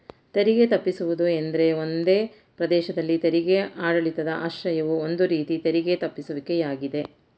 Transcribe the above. ತೆರಿಗೆ ತಪ್ಪಿಸುವುದು ಎಂದ್ರೆ ಒಂದೇ ಪ್ರದೇಶದಲ್ಲಿ ತೆರಿಗೆ ಆಡಳಿತದ ಆಶ್ರಯವು ಒಂದು ರೀತಿ ತೆರಿಗೆ ತಪ್ಪಿಸುವಿಕೆ ಯಾಗಿದೆ